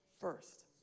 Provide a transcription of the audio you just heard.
first